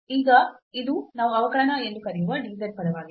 ಈಗ ಇದು ನಾವು ಅವಕಲನ ಎಂದು ಕರೆಯುವ dz ಪದವಾಗಿದೆ